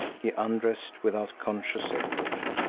he undressed without conscious effort,